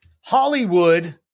Hollywood